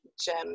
gem